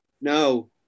no